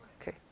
Okay